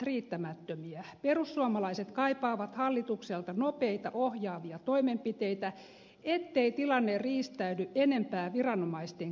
perussuomalaiset kaipaavat hallitukselta nopeita ohjaavia toimenpiteitä ettei tilanne riistäydy enempää viranomaisten käsistä